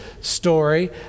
story